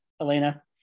Elena